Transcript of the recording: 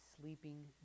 sleeping